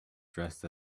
dressed